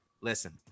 listen